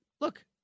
look